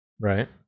Right